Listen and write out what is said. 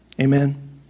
Amen